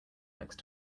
next